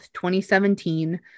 2017